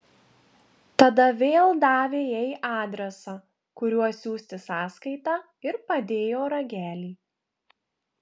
tada vėl davė jai adresą kuriuo siųsti sąskaitą ir padėjo ragelį